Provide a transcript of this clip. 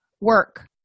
Work